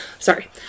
Sorry